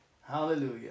Hallelujah